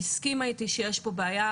היא הסכימה איתי שיש פה בעיה,